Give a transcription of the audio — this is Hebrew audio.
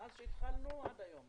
מאז שהתחלנו עד היום.